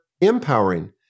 empowering